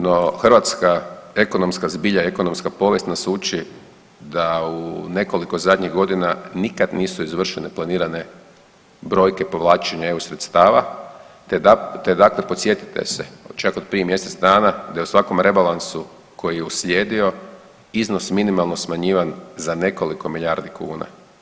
No, hrvatska ekonomska zbilja i ekonomska povijest nas uči da u nekoliko zadnjih godina nikad nisu izvršene planirane brojke povlačenja EU sredstava te dakle podsjetite se čak od prije mjesec dana da je u svakom rebalansu koji je uslijedio iznos minimalno smanjivan za nekoliko milijardi kuna.